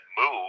move